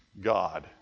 God